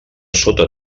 sota